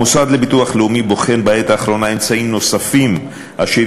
המוסד לביטוח לאומי בוחן בעת האחרונה אמצעים נוספים אשר